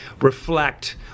reflect